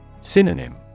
Synonym